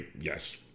yes